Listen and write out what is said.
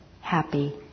happy